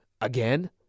again